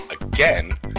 again